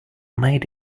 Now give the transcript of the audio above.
made